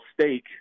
stake